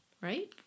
right